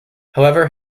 however